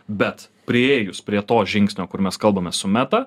bet priėjus prie to žingsnio kur mes kalbames su meta